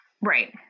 Right